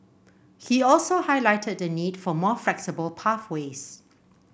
he also highlighted the need for more flexible pathways